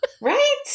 Right